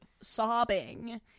sobbing